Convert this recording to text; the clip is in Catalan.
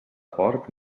porc